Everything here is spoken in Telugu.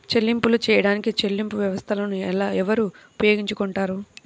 చెల్లింపులు చేయడానికి చెల్లింపు వ్యవస్థలను ఎవరు ఉపయోగించుకొంటారు?